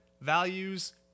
values